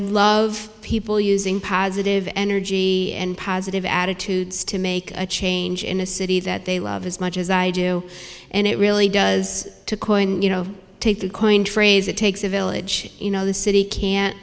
love people using positive energy and positive attitudes to make a change in a city that they love as much as i do and it really does to coin you know take the coined phrase it takes a village you know the city can't